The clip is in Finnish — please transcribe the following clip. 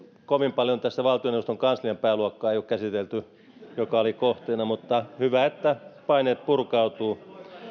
kovin paljon tässä valtioneuvoston kanslian pääluokkaa ei ole käsitelty joka oli kohteena mutta hyvä että paineet purkautuvat